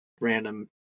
random